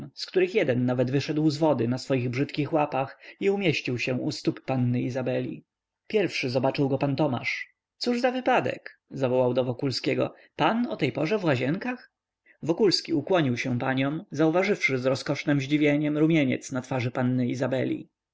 z których jeden nawet wyszedł z wody na swoich brzydkich łapach i umieścił się u stóp panny izabeli pierwszy zobaczył go pan tomasz cóż za wypadek zawołał do wokulskiego pan o tej porze w łazienkach wokulski ukłonił się paniom zauważywszy z rozkosznem zdziwieniem rumieniec na twarzy panny izabeli